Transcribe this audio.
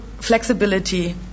flexibility